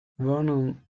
vernon